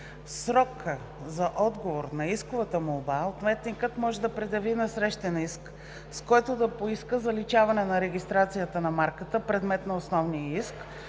срока за отговор на исковата молба ответникът може да предяви насрещен иск, с който да поиска заличаване на регистрацията на марката, предмет на основния иск,